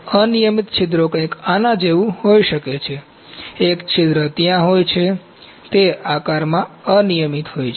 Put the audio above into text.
અનિયમિત છિદ્રો કંઈક આના જેવું હોઈ શકે છે એક છિદ્ર ત્યાં હોય છે તે આકારમાં અનિયમિત હોય છે